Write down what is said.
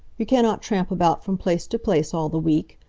you cannot tramp about from place to place all the week.